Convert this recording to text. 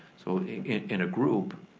so in in a group,